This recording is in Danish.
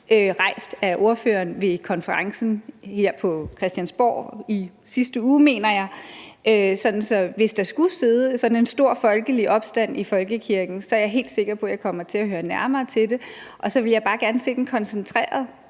rejst af ordføreren ved konferencen her på Christiansborg i sidste uge, mener jeg det var. Så hvis der skulle være sådan en stor folkelig opstand i folkekirken, så er jeg helt sikker på, at jeg kommer til at høre nærmere om det. Og så ville jeg bare gerne se den koncentreret